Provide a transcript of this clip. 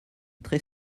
très